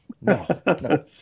No